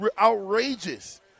outrageous